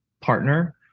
partner